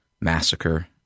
massacre